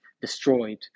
destroyed